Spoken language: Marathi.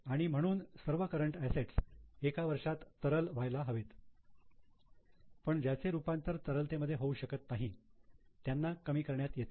आणि म्हणून सर्व करंट असेट्स एका वर्षात तरल व्हायला हवे पण ज्यांचे रूपांतर तरलते मध्ये होऊ शकत नाही त्यांना कमी करण्यात येते